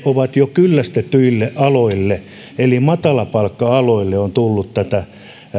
ovat jo kyllästetyille aloille eli matalapalkka aloille on tullut tätä